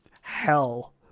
hell